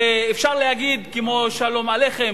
אפשר להגיד, כמו שלום עליכם: